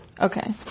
Okay